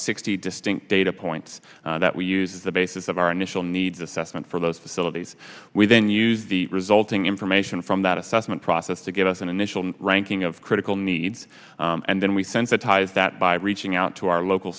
sixty distinct data points that we use the basis of our initial needs assessment for those facilities we then use the resulting information from that assessment process to give us an initial ranking of critical needs and then we sensitize that by reaching out to our local